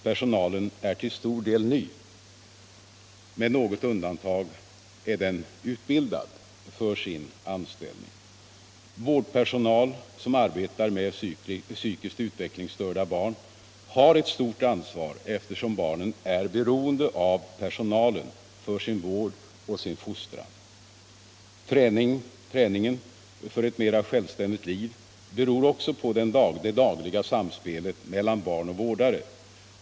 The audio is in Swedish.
Personalen är till stor del ny. Med något undantag är den utbildad för sin anställning. Vårdpersonal som arbetar med psykiskt utvecklingsstörda barn har ett stort ansvar, eftersom barnen är beroende av personalen för sin vård och sin fostran. Träningen för ett mera självständigt liv beror också på det dagliga samspelet mellan barn och vårdare.